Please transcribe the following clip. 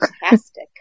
fantastic